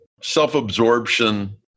self-absorption